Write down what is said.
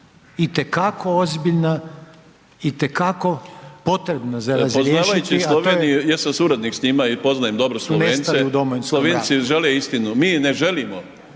ratu. **Mišić, Ivica (Nezavisni)** Poznavajući Sloveniju, ja sam suradnik s njima i poznajem dobro Slovence, Slovenci žele istinu, mi ne želimo.